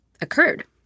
occurred